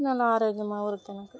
நல்லா ஆரோக்கியமாகவும் இருக்குது எனக்கு